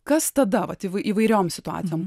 kas tada vat įvai įvairioms situacijom